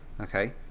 okay